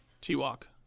T-Walk